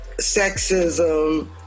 sexism